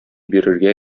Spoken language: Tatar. бирергә